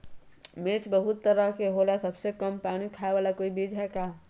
मिर्ची बहुत तरह के होला सबसे कम पानी खाए वाला कोई बीज है का?